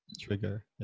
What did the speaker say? trigger